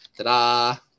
ta-da